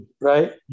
right